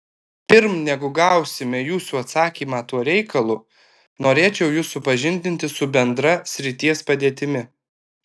pirm negu gausime jūsų atsakymą tuo reikalu norėčiau jus supažindinti su bendra srities padėtimi